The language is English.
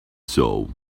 soul